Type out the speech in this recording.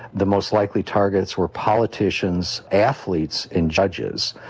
the most likely targets were politicians, athletes and judges.